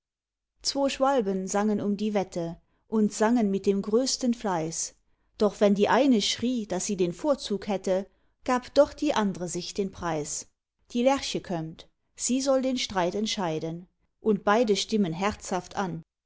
zwo schwalben sangen um die wette und sangen mit dem größten fleiß doch wenn die eine schrie daß sie den vorzug hätte gab doch die andre sich den preis die lerche kömmt sie soll den streit entscheiden und beide stimmen herzhaft an